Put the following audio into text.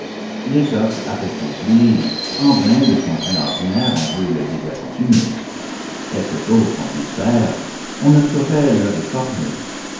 l'étoffe a pris son pli en vain de son train ordinaire on le veut désaccoutumer quelque chose qu'on puisse faire on ne saurait le réformer